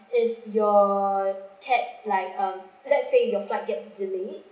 if your cat like um let's say your flight gets delayed